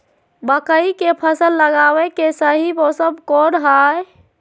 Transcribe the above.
मकई के फसल लगावे के सही मौसम कौन हाय?